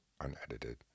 unedited